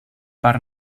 per